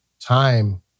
time